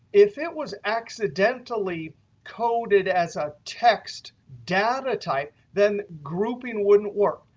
if it was accidentally coded as a text data type, then grouping wouldn't work.